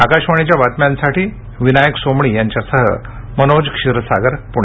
आकाशवाणीच्या बातम्यांसाठी विनायक सोमणी यांच्यासह मनोज क्षीरसागर पुणे